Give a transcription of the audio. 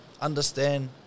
Understand